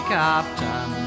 captain